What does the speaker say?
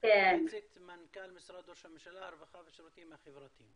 יועצת מנכ"ל במשרד הרווחה והשירותים החברתיים.